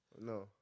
No